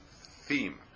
theme